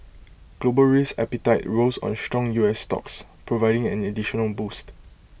global risk appetite rose on strong U S stocks providing an additional boost